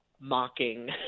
mocking